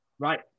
right